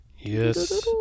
Yes